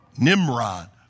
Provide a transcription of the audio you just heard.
Nimrod